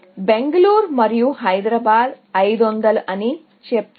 బెంగళూరు మరియు హైదరాబాద్ 500 అని చెప్తాము